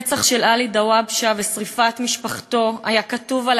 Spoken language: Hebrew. הרצח של עלי דוואבשה ושרפת משפחתו היו כתובים